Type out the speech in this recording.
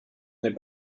n’est